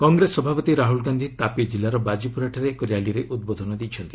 କଂଗ୍ରେସ ସଭାପତି ରାହୁଲ ଗାନ୍ଧି ତାପି ଜିଲ୍ଲାର ବାଜିପୁରାଠାରେ ଏକ ର୍ୟାଲିରେ ଉଦ୍ବୋଧନ ଦେଇଛନ୍ତି